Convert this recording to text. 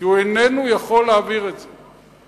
כי הוא איננו יכול להעביר את זה.